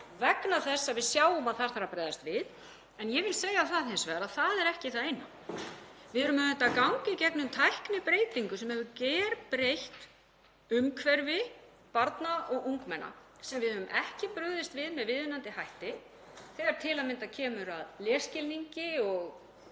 vegna þess að við sjáum að þar þarf að bregðast við. Ég vil segja það hins vegar að það er ekki það eina. Við erum auðvitað að ganga í gegnum tæknibreytingu sem hefur gerbreytt umhverfi barna og ungmenna sem við höfum ekki brugðist við með viðunandi hætti þegar til að mynda kemur að lesskilningi og